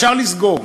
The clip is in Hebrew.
אפשר לסגור.